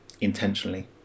intentionally